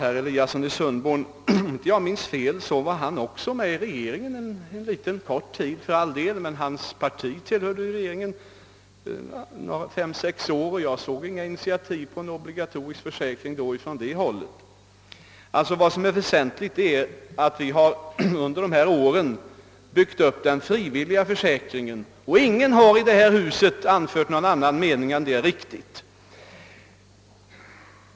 Om jag inte minns fel, var herr Eliasson med i regeringen — en kort tid för all del, men hans parti tillhörde regeringen fem eller sex år — och jag såg inget initiativ till obligatorisk försäkring från det hållet. Vad som alltså är väsentligt är att vi under dessa år har byggt upp den frivilliga försäkringen. Och ingen har i det här huset anfört någon annan mening än att detta är riktigt.